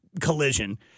collision